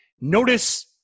Notice